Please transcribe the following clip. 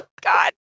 God